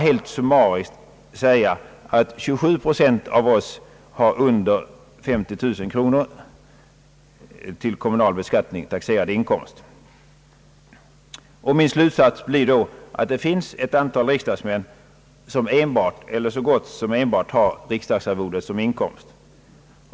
Helt summariskt vill jag nämna, att 27 procent av riksdagsmännen har mindre än 50 000 kronor per år i till kommunal beskattning taxerad inkomst. Min slutsats blir då att det finns ett antal riksdagsmän, som enbart eller så gott som enbart har riksdagsarbetet som inkomst.